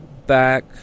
back